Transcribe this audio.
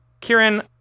kieran